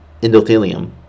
endothelium